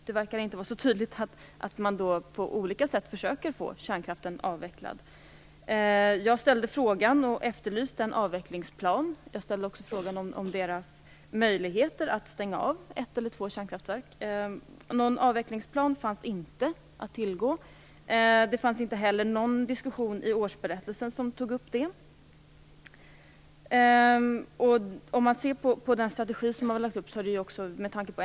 Det är inte så tydligt att man på olika sätt försöker att få kärnkraften avvecklad. Jag ställde en fråga och efterlyste en avvecklingsplan. Jag ställde också frågan om möjligheterna att stänga av ett eller två kärnkraftverk. Någon avvecklingsplan fanns inte att tillgå. Det fanns inte heller någon diskussion i årsberättelsen som tog upp detta. Det har lagts fram en strategi.